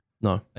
No